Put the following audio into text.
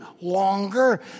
longer